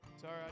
Sorry